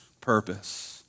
purpose